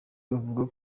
bavuga